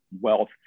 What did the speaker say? wealth